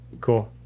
Cool